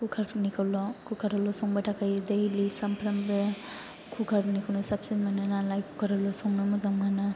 कुकार आवल' संबाय थाखायो दैलि सानफ्रोमबो कुकार निखौनो साबसिन मोनो नालाय कुकार आवल' संनो मोजां मोनो